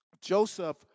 Joseph